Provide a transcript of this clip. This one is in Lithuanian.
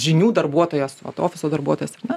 žinių darbuotojos ofiso darbuotojos ar ne